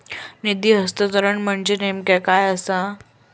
निधी हस्तांतरण म्हणजे नेमक्या काय आसा?